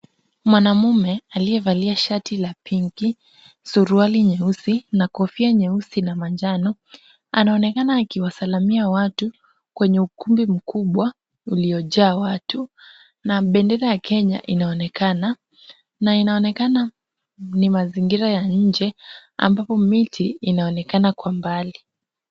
Mwanamume aliyevalia shati la pinki suruali nyeusi na kofia nyeusi na manjano anaonekana akiwasalamia watu kwenye ukumbi mkubwa uliojaa watu na bendera ya Kenya inaonekana na inaonekana ni mazingira ya nje ambapo miti inaonekana kwa mbali.